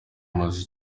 maze